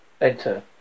Enter